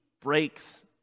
breaks